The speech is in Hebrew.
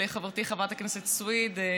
של חברתי חברת הכנסת סויד.